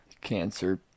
cancer